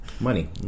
Money